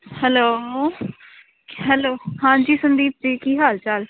hello hello ਹਾਂਜੀ ਸੰਦੀਪ ਜੀ ਕੀ ਹਾਲ ਚਾਲ